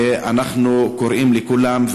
ואנחנו קוראים לכולם,